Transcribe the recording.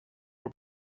your